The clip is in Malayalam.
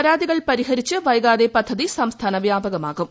പരാതികൾ പരിഹരിച്ച് വൈകാതെ പദ്ധതി സംസ്ഥാനവ്യാപകമാക്കും